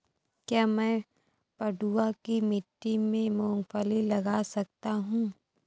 क्या मैं पडुआ की मिट्टी में मूँगफली लगा सकता हूँ?